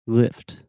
lift